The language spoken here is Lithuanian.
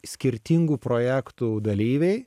skirtingų projektų dalyviai